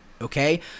Okay